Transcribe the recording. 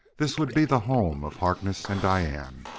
this would be the home of harkness and diane.